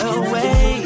away